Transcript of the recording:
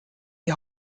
die